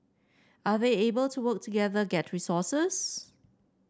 are they able to work together get resources